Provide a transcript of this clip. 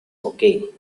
okay